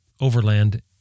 overland